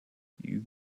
you